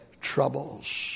troubles